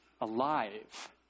alive